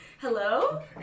Hello